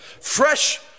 Fresh